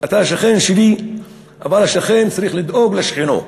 אתה שכן שלי, אבל שכן צריך לדאוג לשכנו.